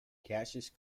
cassius